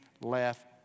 left